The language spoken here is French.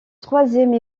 troisième